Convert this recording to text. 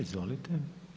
Izvolite.